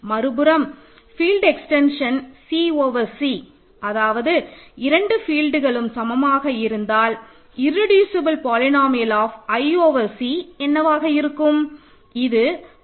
மறுபுறம் field extension C over C அதாவது 2 ஃபீல்ட்களும் சமமாக இருந்தால் irreducible polynomial of i over C என்னவாக இருக்கும் இது ஃபீல்ட்ன் முக்கிய பகுதியாகும்